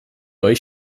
euch